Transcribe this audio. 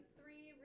three